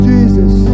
Jesus